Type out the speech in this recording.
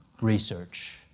research